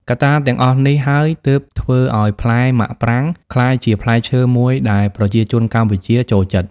កត្តាទាំងអស់នេះហើយទើបធ្វើឲ្យផ្លែមាក់ប្រាងក្លាយជាផ្លែឈើមួយដែលប្រជាជនកម្ពុជាចូលចិត្ត។